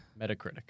Metacritic